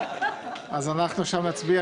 אז אנחנו עכשיו נצביע.